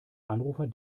anrufer